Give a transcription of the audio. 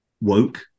woke